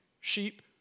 sheep